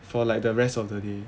for like the rest of the day